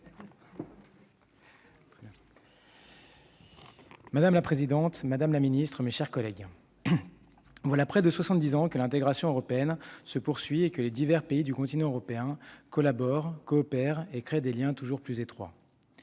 Madame la présidente, madame la secrétaire d'État, mes chers collègues, voilà près de soixante-dix ans que l'intégration européenne se poursuit et que les divers pays du continent européen collaborent, coopèrent et créent des liens toujours plus étroits.